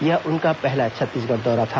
यह उनका पहला छत्तीसगढ़ दौरा था